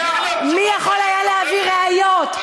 מי יכול היה להביא ראיות?